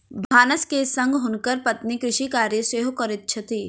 भानस के संग हुनकर पत्नी कृषि कार्य सेहो करैत छथि